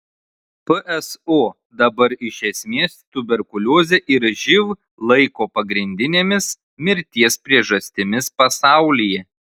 pso dabar iš esmės tuberkuliozę ir živ laiko pagrindinėmis mirties priežastimis pasaulyje